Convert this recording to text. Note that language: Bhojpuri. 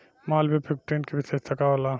मालवीय फिफ्टीन के विशेषता का होला?